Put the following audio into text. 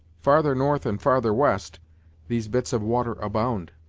farther north and farther west these bits of water abound